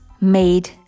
made